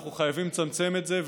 אנחנו חייבים לצמצם את זה,